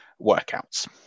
workouts